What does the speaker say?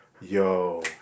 yo